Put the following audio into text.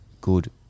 good